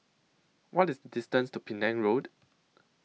What IS distance to Penang Road